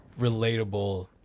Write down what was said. Relatable